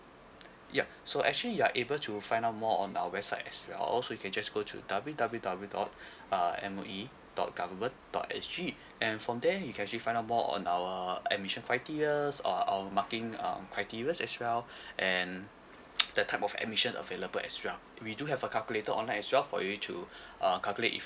yup so actually you are able to find out more on our website as well so you can just go to W W W dot uh M_O_E dot government dot S_G and from there you can actually find out more on our admission criterias on our marking um criterias as well and the type of admission available as well we do have a calculator online as well for you to uh calculate if